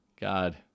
God